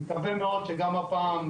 אני מקווה מאוד שגם הפעם,